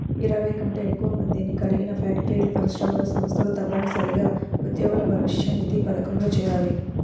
ఇరవై కంటే ఎక్కువ మందిని కలిగిన ఫ్యాక్టరీలు, పరిశ్రమలు, సంస్థలు తప్పనిసరిగా ఉద్యోగుల భవిష్యనిధి పథకంలో చేరాలి